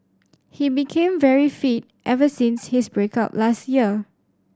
he became very fit ever since his break up last year